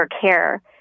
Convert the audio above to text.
care